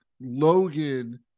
Logan